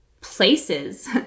places